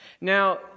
Now